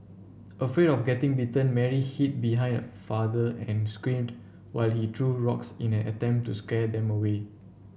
afraid of getting bitten Mary hid behind her father and screamed while he threw rocks in an attempt to scare them away